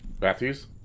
Matthews